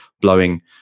blowing